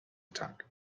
attack